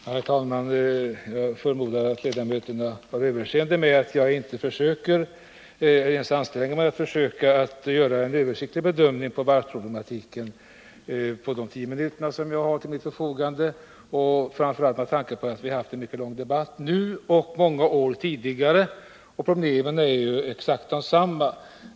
Herr talman! Jag förmodar att ledamöterna har överseende med att jag inte försöker göra en översiktlig bedömning av varvsproblematiken under de tio minuter jag har till mitt förfogande, framför allt med tanke på att vi nu liksom tidigare haft en mycket lång debatt om den här frågan. Problemen är ju nästan exakt desamma.